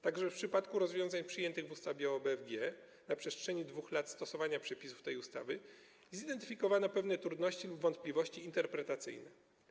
Także w przypadku rozwiązań przyjętych w ustawie o BFG na przestrzeni 2 lat stosowania przepisów tej ustawy zidentyfikowano pewne trudności lub wątpliwości interpretacyjne.